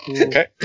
Okay